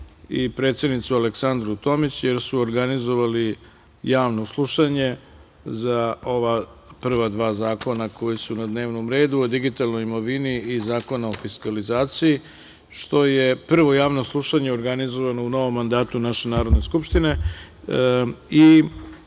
i predsednicu Aleksandru Tomić, jer su organizovali Javno slušanje za ova prva dva zakona koji su na dnevnom redu - Zakon o digitalnoj imovini i Zakon o fiskalizaciji, što je prvo javno slušanje organizovano u novom mandatu naše Narodne skupštine,